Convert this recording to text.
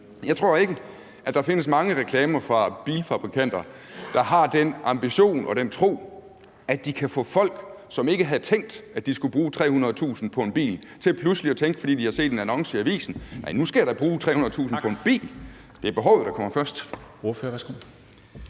jeg tror ikke, at der findes mange reklamer fra bilfabrikanter, der har den ambition og tro på, at de kan få folk, som ikke havde tænkt, de skulle bruge 300.000 kr. på en bil, til pludselig at tænke, fordi de har set den annonce i avisen, at nu skal de da bruge 300.000 kr. på en bil. Det er behovet, der kommer først.